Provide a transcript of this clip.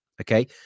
Okay